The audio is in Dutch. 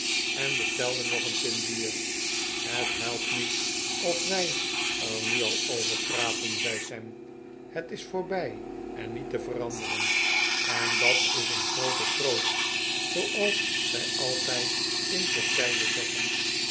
en bestelde nog een pint bier het helpt niet of wij er nu al over praten zei sam het is voorbij en niet te veranderen en dat is een groote troost zooals zij altijd in turkije zeggen